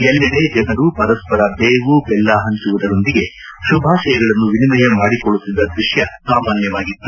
ಎಲ್ಲೆಡೆ ಜನರು ಪರಸ್ಪರ ಬೇವು ದೆಲ್ಲ ಹಂಚುವುದರೊಂದಿಗೆ ಶುಭಾಶಯಗಳನ್ನು ವಿನಿಮಯ ಮಾಡಿಕೊಳ್ಳುತ್ತಿದ್ದ ದೃಶ್ಯ ಸಾಮಾನ್ಯವಾಗಿತ್ತು